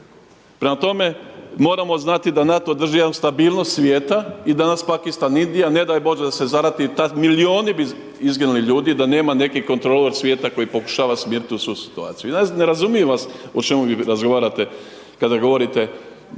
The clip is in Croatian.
Prema tome moramo znati da NATO drži jednu stabilnost svijeta. I danas Pakistan i Indija, ne daj Bože da se zarati, milijuni bi izginuli ljudi da nema neka kontrole od svijeta koji pokušava smiriti tu svu situaciju. I ne razumijem vas o čemu vi razgovarate kada govorite